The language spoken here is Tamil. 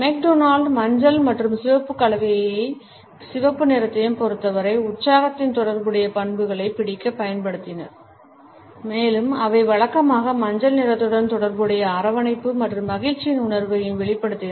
மெக்டொனால்ட் மஞ்சள் மற்றும் சிவப்பு கலவையை சிவப்பு நிறத்தைப் பொருத்தவரை உற்சாகத்தின் தொடர்புடைய பண்புகளைப் பிடிக்கப் பயன்படுத்தினார் மேலும் அவை வழக்கமாக மஞ்சள் நிறத்துடன் தொடர்புடைய அரவணைப்பு மற்றும் மகிழ்ச்சியின் உணர்வுகளை வெளிப்படுத்தின